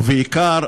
ובעיקר,